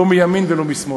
לא מימין ולא משמאל.